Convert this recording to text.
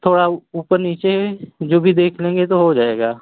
थोड़ा ऊपर नीचे जो भी देख लेंगे तो हो जाएगा